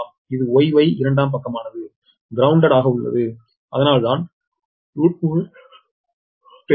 இது Y Y இரண்டாம் பக்கமானது கிரௌண்டெட் ஆக உள்ளது அதனால்தான் √𝟑 ∗𝟔9 6